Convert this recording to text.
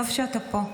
טוב שאתה פה,